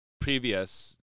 previous